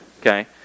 okay